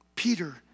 Peter